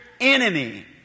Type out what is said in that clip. enemy